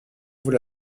vous